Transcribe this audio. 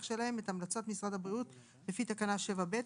שלהם את המלצות משרד הבריאות לפי תקנה 7(ב),